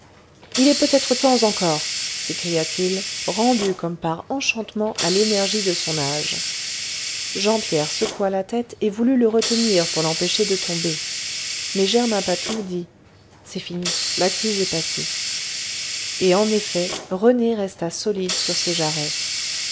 il est peut-être temps encore s'écria-t-il rendu comme par enchantement à l'énergie de son âge jean pierre secoua la tête et voulut le retenir pour l'empêcher de tomber mais germain patou dit c'est fini la crise est passée et en effet rené resta solide sur ses jarrets